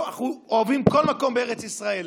אנחנו אוהבים כל מקום בארץ ישראל,